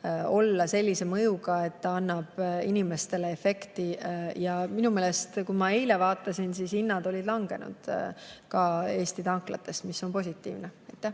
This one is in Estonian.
olla sellise mõjuga, et ta annab inimestele efekti. Minu meelest, kui ma eile vaatasin, olid hinnad langenud ka Eesti tanklates, mis on positiivne. Henn